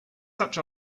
such